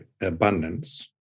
abundance